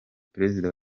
perezida